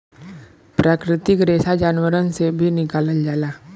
प्राकृतिक रेसा जानवरन से भी निकालल जाला